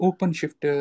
OpenShift